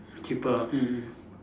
cheaper ah mm mm